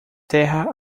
terra